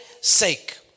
sake